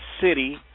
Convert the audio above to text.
City